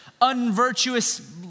unvirtuous